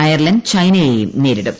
Ireland ചൈനയെയും നേരിടും